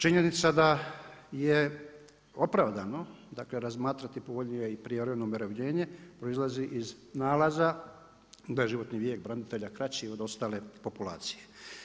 Činjenica da je opravdano, dakle razmatrati povoljnije i prijevremeno umirovljenje proizlazi iz nalaza da je životni vijek branitelja kraći od ostale populacije.